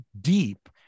deep